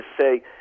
say